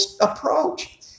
approach